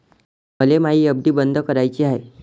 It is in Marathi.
मले मायी एफ.डी बंद कराची हाय